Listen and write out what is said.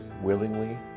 willingly